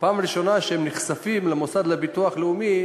בפעם הראשונה שהם נחשפים למוסד לביטוח לאומי